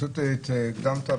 הקדמת,